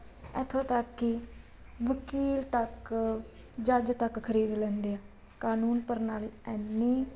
ਇੱਥੋਂ ਤੱਕ ਕਿ ਵਕੀਲ ਤੱਕ ਜੱਜ ਤੱਕ ਖਰੀਦ ਲੈਂਦੇ ਆ ਕਾਨੂੰਨ ਪ੍ਰਣਾਲੀ ਇੰਨੀ